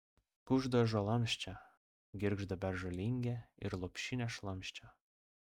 kužda ąžuolams čia girgžda beržo lingė ir lopšinė šlamščia